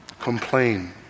Complain